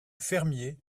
fermier